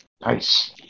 Nice